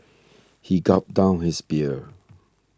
he gulped down his beer